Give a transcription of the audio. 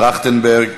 טרכטנברג?